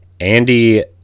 Andy